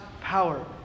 power